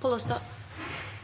For Senterpartiet er det viktig å skaffa rekeindustrien råstoff og